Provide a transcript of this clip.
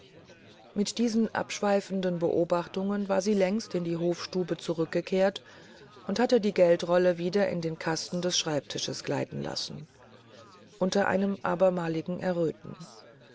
mit diesen abschweifenden betrachtungen war sie längst in die hofstube zurückgekehrt und hatte die geldrolle wieder in den kasten des schreibtisches gleiten lassen unter einem abermaligen erröten